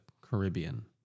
Caribbean